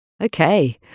Okay